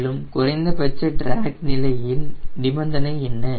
மேலும் குறைந்தபட்ச டிராக் நிலையில் நிபந்தனை என்ன